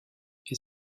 est